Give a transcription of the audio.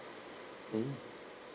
mm